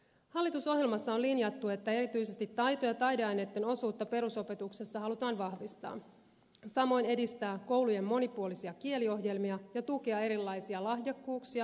hallitusohjelmassa on linjattu että erityisesti taito ja taideaineitten osuutta perusopetuksessa halutaan vahvistaa samoin edistää koulujen monipuolisia kieliohjelmia ja tukea erilaisia lahjakkuuksia luovuutta ja innovatiivisuutta